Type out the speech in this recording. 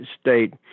state